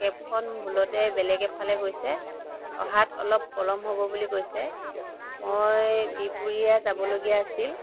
কেবখন ভুলতে বেলেগ এফালে গৈছে অহাত অলপ পলম হ'ব বুলি কৈছে মই বিহপুৰীয়া যাবলগীয়া আছিল